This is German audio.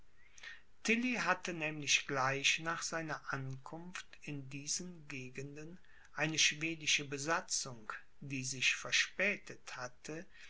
hatte nämlich gleich nach seiner ankunft in diesen gegenden eine schwedische besatzung die sich verspätet hatte